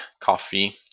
coffee